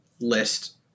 list